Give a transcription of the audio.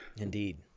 Indeed